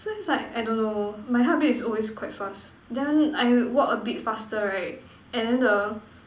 so is like I don't know my heartbeat is always quite fast then I walk a bit faster right and then the